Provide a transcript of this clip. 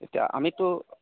এতিয়া আমিতো